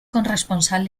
corresponsal